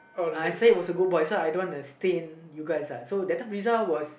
uh is light was a good boy so I don't want to stain you guys lah so that time Friza was